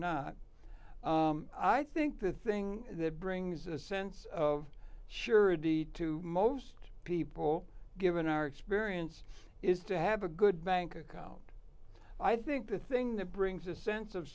not i think the thing that brings a sense of surety to most people given our experience is to have a good bank account i think the thing that brings a sense of